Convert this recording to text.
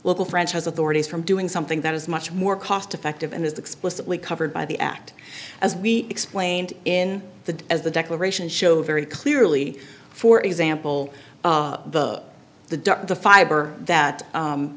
local franchise authorities from doing something that is much more cost effective and is explicitly covered by the act as we explained in the as the declaration showed very clearly for example the duct the fiber that